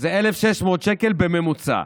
זה 1,600 שקל בממוצע.